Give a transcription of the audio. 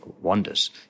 wonders